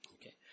Okay